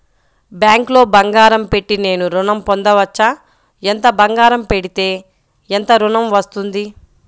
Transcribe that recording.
బ్యాంక్లో బంగారం పెట్టి నేను ఋణం పొందవచ్చా? ఎంత బంగారం పెడితే ఎంత ఋణం వస్తుంది?